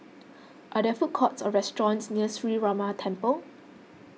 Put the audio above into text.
are there food courts or restaurants near Sree Ramar Temple